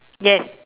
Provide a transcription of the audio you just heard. yes